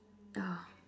oh